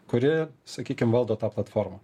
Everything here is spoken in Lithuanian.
kuri sakykim valdo tą platformą